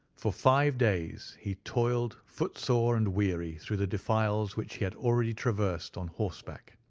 for five days he toiled footsore and weary through the defiles which he had already traversed on horseback.